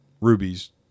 rubies